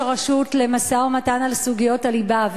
הרשות למשא-ומתן על סוגיות הליבה,